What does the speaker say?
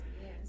Yes